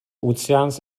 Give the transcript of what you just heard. ozeans